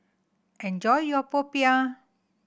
enjoy your popiah